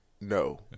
No